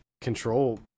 control